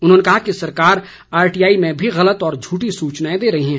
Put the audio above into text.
उन्होंने कहा कि सरकार आरटीआई में भी गलत और झूठी सूचनाएं दे रही है